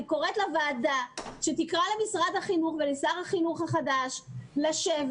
אני קוראת לוועדה לקרוא למשרד החינוך ולשר החינוך החדש לשבת